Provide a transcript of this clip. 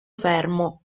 fermo